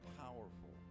powerful